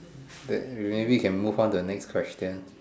that maybe can move on to the next question